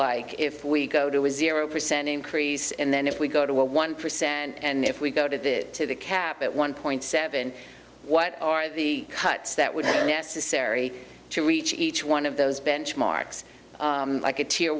like if we go to a zero percent increase and then if we go to one percent and if we go to the to the cap at one point seven what are the cuts that would be necessary to reach each one of those benchmarks like a tier